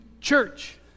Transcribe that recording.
church